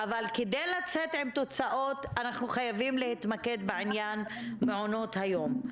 אבל כדי לצאת עם תוצאות אנחנו חייבים להתמקד בעניין מעונות היום.